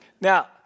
Now